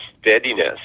steadiness